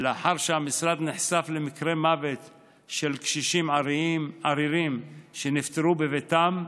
ולאחר שהמשרד נחשף למקרי מוות של קשישים עריריים שנפטרו בביתם,